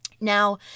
Now